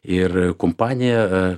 ir kompanija